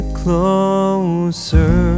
closer